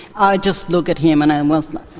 i just looked at him and i um was, like